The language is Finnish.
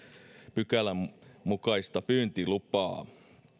pykälän mukaista pyyntilupaa